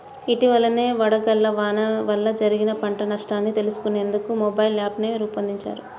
ఇటీవలనే వడగళ్ల వాన వల్ల జరిగిన పంట నష్టాన్ని తెలుసుకునేందుకు మొబైల్ యాప్ను రూపొందించారు